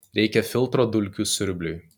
reikia filtro dulkių siurbliui